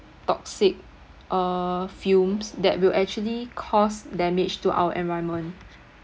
toxic uh fumes that will actually cause damage to our environment